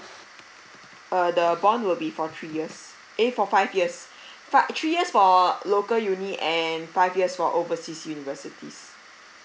uh the bond will be for three years eh for five yes five three years for local uni and five years for overseas universities